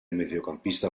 mediocampista